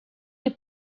ele